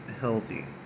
healthy